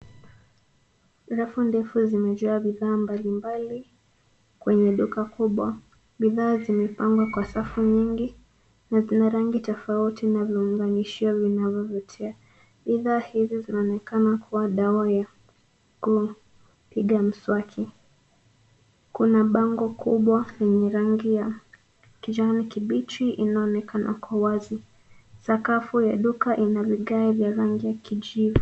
Rafu ndefu zimejaa bidhaa mbalimbali kwenye duka kubwa. Bidhaa zimepangwa kwa safu nyingi na zina rangi tofauti na viunganishio vinavyovutia. Bidhaa hizo zinaonekana kuwa dawa ya kupiga mswaki. Kuna bango kubwa lenye rangi ya kijani kibichi inaonekana kwa wazi. Sakafu ya duka ina vigae vya rangi ya kijivu.